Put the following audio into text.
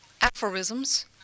aphorisms